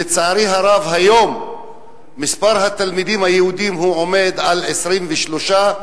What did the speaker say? לצערי הרב היום מספר התלמידים היהודים עומד על 23,